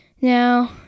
Now